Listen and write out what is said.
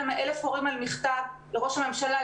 מ-1,000 הורים חתמנו על מכתב לראש הממשלה,